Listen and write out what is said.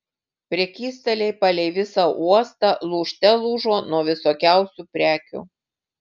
prekystaliai palei visą uostą lūžte lūžo nuo visokiausių prekių